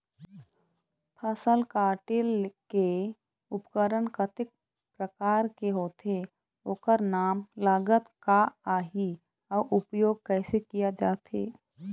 फसल कटेल के उपकरण कतेक प्रकार के होथे ओकर नाम लागत का आही अउ उपयोग कैसे किया जाथे?